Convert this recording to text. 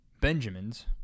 Benjamins